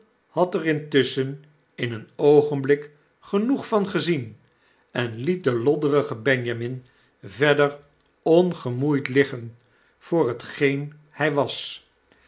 had er intusschen in een oogenblik genoeg van gezien en lief den loddengen benjamin verder ongemoeid liggen voor hetgeen hg was